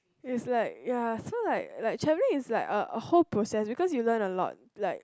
is like ya so like like travelling is like a a whole process because you learn a lot like